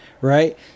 Right